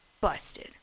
busted